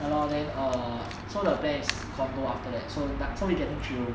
ya lor then err so the plan is condo after that so so we get B_T_O